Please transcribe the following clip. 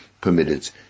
permitted